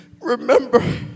remember